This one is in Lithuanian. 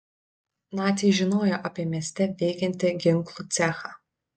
naciai žinojo apie mieste veikiantį ginklų cechą